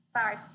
Sorry